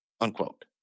unquote